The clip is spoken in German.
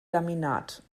laminat